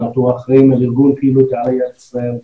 אנחנו אחראים על ארגון הקהילות לעלייה לישראל,